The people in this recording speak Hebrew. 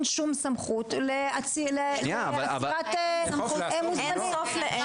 שום סמכות לעצירת מוזמנים ואין סמכות לאכוף.